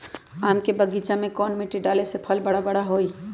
आम के बगीचा में कौन मिट्टी डाले से फल बारा बारा होई?